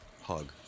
hug